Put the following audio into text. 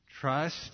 Trust